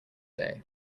day